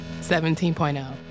17.0